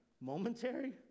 momentary